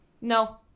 No